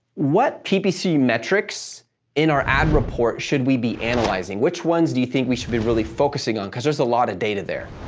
what ppc metrics in our ad report, should we be analyzing? which ones do you think we should be really focusing on? cause there's a lot of data there.